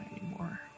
anymore